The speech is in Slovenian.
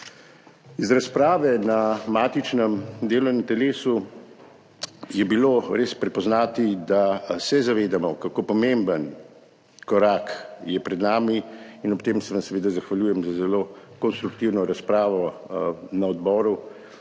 Iz razprave na matičnem delovnem telesu je bilo res prepoznati, da se zavedamo, kako pomemben korak je pred nami in se vam ob tem zahvaljujem za zelo konstruktivno razpravo na odboru